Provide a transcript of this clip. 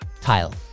tile